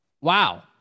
Wow